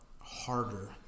harder